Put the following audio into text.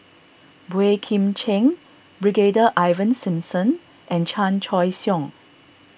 Boey Kim Cheng Brigadier Ivan Simson and Chan Choy Siong